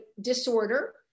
disorder